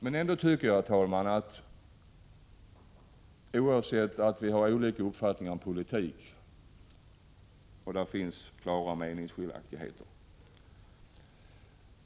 Vi har, herr talman, olika uppfattningar om politik, och det finns klara meningsskiljaktigheter mellan oss.